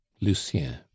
lucien